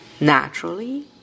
Naturally